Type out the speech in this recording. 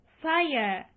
fire